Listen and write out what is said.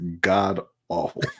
god-awful